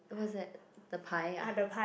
what is that the 牌 ah